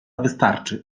wystarczy